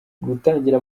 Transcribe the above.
gutangira